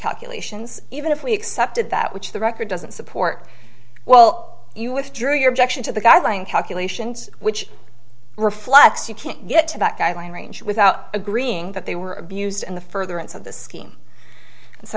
calculations even if we accepted that which the record doesn't support well you withdraw your objection to the guideline calculations which reflects you can't get to that guideline range without agreeing that they were abused in the further into the scheme and so